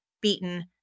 beaten